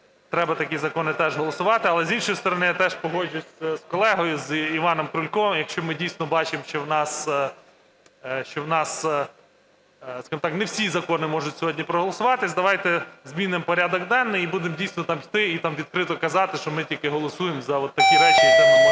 Треба такі закони теж голосувати. Але, з іншої сторони, я теж погоджуюсь з колегою, з Іваном Крульком, якщо ми дійсно бачимо, що в нас, скажімо так, не всі закони можуть сьогодні проголосуватись, давайте змінимо порядок денний, і будемо дійсно там йти, і там відкрито казати, що ми тільки голосуємо за отакі речі, де ми можемо